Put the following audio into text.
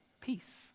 peace